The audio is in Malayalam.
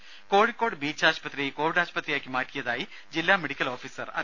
രുമ കോഴിക്കോട് ബീച്ച് ആശുപത്രി കോവിഡ് ആശുപത്രിയാക്കി മാറ്റിയതായി ജില്ലാ മെഡിക്കൽ ഓഫീസർ അറിയിച്ചു